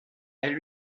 elle